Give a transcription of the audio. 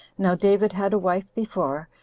now david had a wife before,